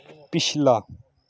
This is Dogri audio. पिछला